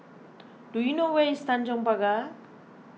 do you know where is Tanjong Pagar